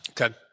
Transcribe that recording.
Okay